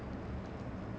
it's the same